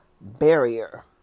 barrier